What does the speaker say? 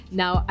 now